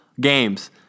games